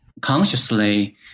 consciously